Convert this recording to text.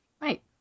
Right